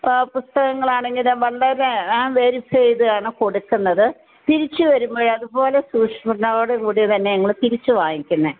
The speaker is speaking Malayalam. ഇപ്പം പുസ്തകങ്ങളാണെങ്കിലും വളരെ ആം വെരിഫൈ ചെയ്താണ് കൊടുക്കുന്നത് തിരിച്ചു വരുമ്പോഴും അതുപോലെ സുക്ഷ്മതയോടുകൂടി തന്നെയാണ് ഞങ്ങൾ തിരിച്ചു വാങ്ങിക്കുന്നത്